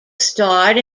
starred